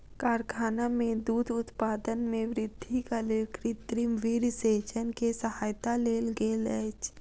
कारखाना में दूध उत्पादन में वृद्धिक लेल कृत्रिम वीर्यसेचन के सहायता लेल गेल अछि